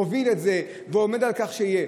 מוביל את זה ועומד על כך שזה יהיה.